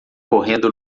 correndo